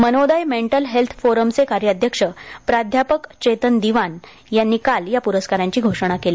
मनोदय mental health फोरमचे कार्याध्यक्ष प्राध्यापक चेतन दिवान यांनी काल या पुरस्काराची घोषणा केली